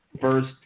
first